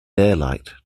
daylight